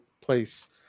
place